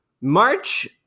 March